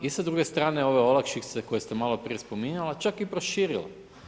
I s druge strane ove olakšice koje ste malo prije spominjala čak i proširila.